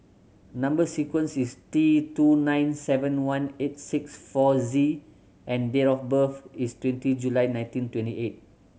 number sequence is T two nine seven one eight six four Z and date of birth is twenty June nineteen twenty eight